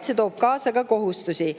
see toob kaasa ka kohustusi.